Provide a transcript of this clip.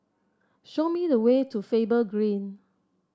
show me the way to Faber Green